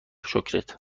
شکرت